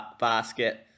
basket